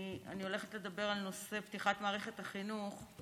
אני הולכת לדבר על נושא פתיחת מערכת החינוך,